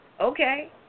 Okay